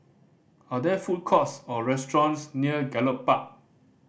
are there food courts or restaurants near Gallop Park